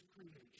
creation